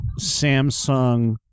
Samsung